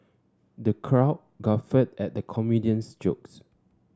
the crowd guffawed at the comedian's jokes